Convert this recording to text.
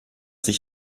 sich